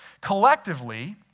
Collectively